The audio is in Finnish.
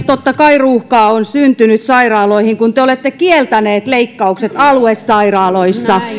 totta kai ruuhkaa on syntynyt sairaaloihin kun te olette kieltäneet leikkaukset aluesairaaloissa